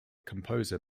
composer